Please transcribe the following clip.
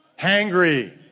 hangry